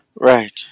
Right